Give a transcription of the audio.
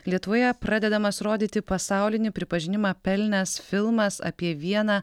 lietuvoje pradedamas rodyti pasaulinį pripažinimą pelnęs filmas apie vieną